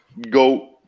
go